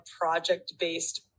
project-based